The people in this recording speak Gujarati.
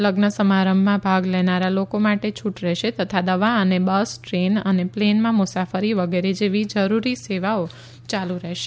લઝ્ન સમારંભમાં ભાગ લેનારા લોકો માટે છૂટ રહેશે તથા દવા અને બસ ટ્રેન પ્લેનમાં મુસાફરી વગેરે જેવી જરૂરી સેવાઓ ચાલુ રહેશે